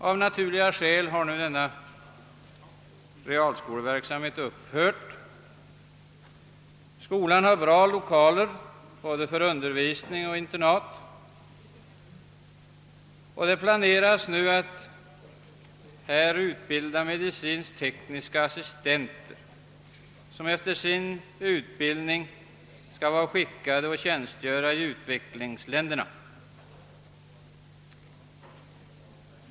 Av naturliga skäl har nu denna realskoleverksamhet upphört. Skolan har bra lokaler både med hänsyn till undervisningen och som internat, och det planeras nu att där utbilda medicinskt-tekniska assistenter, som efter sin utbildning skall vara skickade att tjänstgöra i utvecklingsländerna.